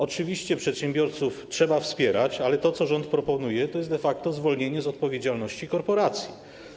Oczywiście przedsiębiorców trzeba wspierać, ale to, co rząd proponuje, to jest de facto zwolnienie z odpowiedzialności korporacji.